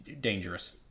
dangerous